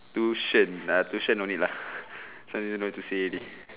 tuition ah tuition no need lah so no need to say already